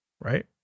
Right